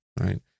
right